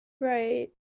right